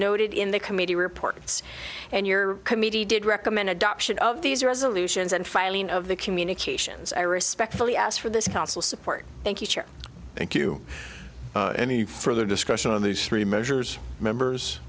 noted in the committee reports and your committee did recommend adoption of these resolutions and filing of the communications i respectfully ask for this council support thank you thank you any further discussion on these three measures members